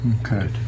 Okay